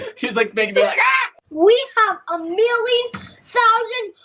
she's like big we have a million thousand